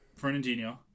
Fernandinho